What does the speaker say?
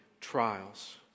trials